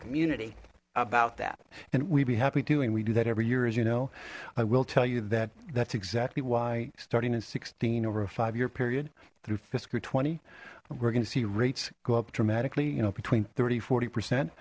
community about that and we'd be happy doing we do that every year as you know i will tell you that that's exactly why starting in sixteen over a five year period through fisker twenty we're gonna see rates go up dramatically you know between thirty forty percent